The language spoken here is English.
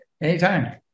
Anytime